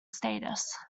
status